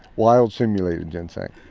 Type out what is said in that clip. wild simulated ginseng